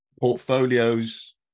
portfolios